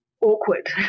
awkward